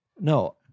No